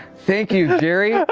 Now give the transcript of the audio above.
thank you, jerry. yeah